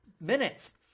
minutes